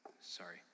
sorry